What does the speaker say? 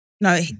No